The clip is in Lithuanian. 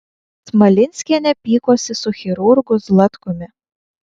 smalinskienė pykosi su chirurgu zlatkumi